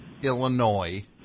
Illinois